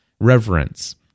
Reverence